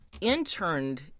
interned